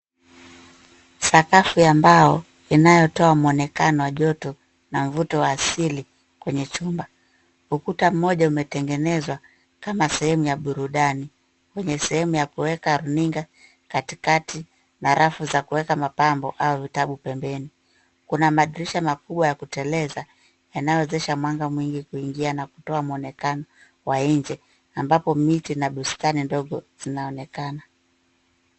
Sakafu ya mbao inayotoa muonekano wa joto na mvuto wa asili kwenye chumba. Ukuta mmoja umetengenzwa kama sehemu ya burudani. Kwenye sehemu ya kuweka runinga katikati na rafu za kuweka mapambo au vitabu pembeni. Kuna madirisha makubwa ya kuteleza yanayowezesha mwanga mwingi kuingia na kutoa muonekano wa nje ambapo miti na bustani ndogo zinaonekana.